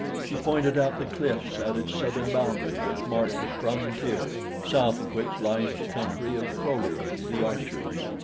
she pointed out the cliffs at its southern boundary, which mark the frontier, south of which lies the country of kro-lu the archers.